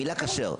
המילה כשר.